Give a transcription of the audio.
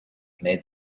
made